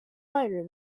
lighter